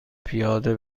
پیاده